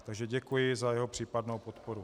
Takže děkuji za jeho případnou podporu.